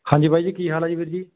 ਹਾਂਜੀ ਬਾਈ ਜੀ ਕੀ ਹਾਲ ਹੈ ਜੀ ਵੀਰ ਜੀ